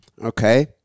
Okay